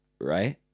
right